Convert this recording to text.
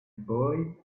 boy